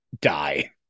Die